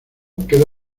queda